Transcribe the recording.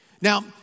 Now